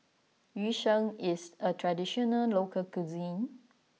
Yu Sheng is a traditional local cuisine